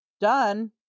done